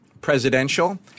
presidential –